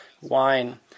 wine